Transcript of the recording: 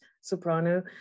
soprano